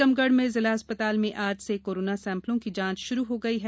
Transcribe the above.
टीकमगढ के जिला अस्पताल में आज से कोरोना सैंपलों की जांच शुरू हो गई है